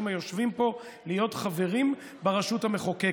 היושבים פה להיות חברים ברשות המחוקקת.